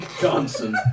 Johnson